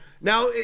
now